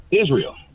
Israel